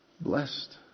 blessed